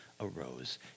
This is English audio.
arose